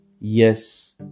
Yes